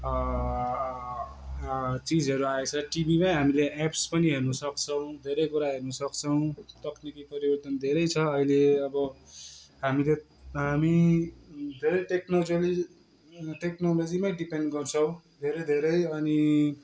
चिजहरू आएछ टिभीमै हामीले एप्स पनि हेर्न सक्छौँ धेरै कुरा हेर्न सक्छौँ तक्निकी परिवर्तन धेरै छ अहिले अब हामीले हामी धेरै टेक्नोलोजी टेक्नोलोजीमै डिपेन्ड गर्छौँ धेरै धेरै अनि